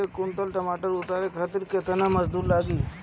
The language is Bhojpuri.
एक कुंटल टमाटर उतारे खातिर केतना मजदूरी लागी?